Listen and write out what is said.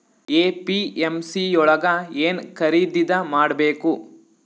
APMC ಯೊಳಗ ಏನ್ ಖರೀದಿದ ಮಾಡ್ಬೇಕು?